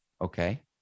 Okay